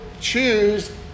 choose